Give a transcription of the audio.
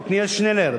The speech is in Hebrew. עתניאל שנלר,